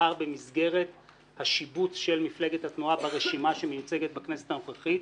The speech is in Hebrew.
ונבחר במסגרת השיבוץ של מפלגת התנועה ברשימה שמיוצגת בכנסת הנוכחית,